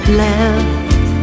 left